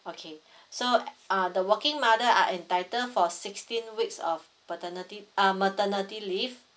okay so uh the working mother are entitle for sixteen weeks of paternity uh maternity leave